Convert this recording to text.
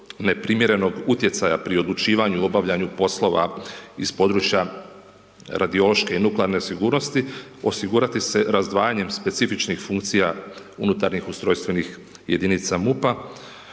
neprimjerenog utjecaja pri odlučivanju, obavljanju poslova, iz područja radiološke i nuklearne sigurnosti, osigurati se razdvajanjem specifičnih funkcija unutarnjih ustrojstvenih jedinica MUP-a,